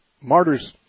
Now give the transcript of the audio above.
Martyrs